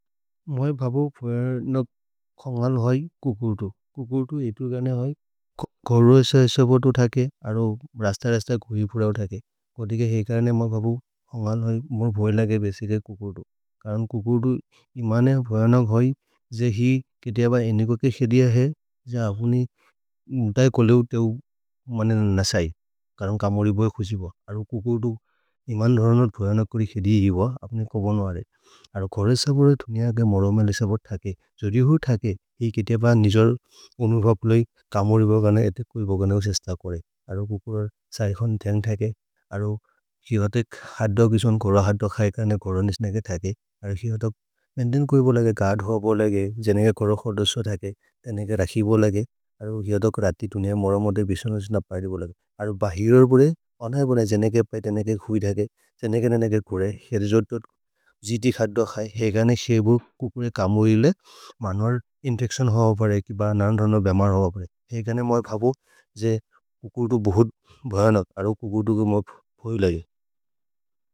म्हए बबु पोयनक् कोन्गल् है कुकुतु। कुकुतु एपेगने है गौरोश एसपोतु तके, अरो रस्त रस्त कुहिपुरओ तके। कोते के हेकने म बबु कोन्गल् है मो बोयनके बेसिगे कुकुतु। करन् कुकुतु इमने बोयनक् है, झे हि केते अब एन्नेको के हेदिय हए। झ अपुनि म्तए कोलेव् ते उ मनेन् नशए। करन् कमोरि बोये खुजिब। अरो कुकुतु इमन् नोरनक् बोयनक् हेदिय हि ब अप्ने को बोनो हए। अरो कोरे स बोले दुनिय के मोरो मेलेइसपोत् तके। जुरि हु तके, हि केते ब निजोल् उनु बबु लोइ कमोरि बोगने। एह्ते कुइ बोगने उ सस्त कुरे। अरो कुकुरर् सैखन् ध्यन् तके। अरो हि ओथे खाद्दो किस्वन् कोर हाद्दो खैकने कोर निस्ने के तके। अरो हि ओथे मेन्दिन् कुइ बोलेगे गर्धो बोलेगे, जेनेके कोर खोदोस्सो तके। तेनेके रकि बोलेगे। अरो हि ओथे करति दुनिय मोरो मो ते बिशनो जिन परि बोलेगे। अरो बहिरुर् बोले, अन्हए बोले, जेनेके पे तेनेके हुइ तके। जेनेके नेनेके कोरे। हेरे जोत्तो जिति खाद्दो हए। हेगने शेबु कुकुरे कमोरि ले, मन्वर् इन्तेक्सोन् होअ अपरे किब नन् रन बेम होअ अपरे। हेगने मो बबु झे कुकुतु बोहोद् भान। अरो कुकुतु गु मो बोलेगे।